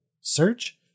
Search